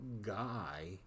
Guy